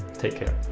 take care!